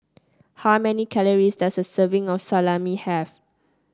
how many calories does a serving of Salami have